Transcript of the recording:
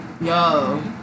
Yo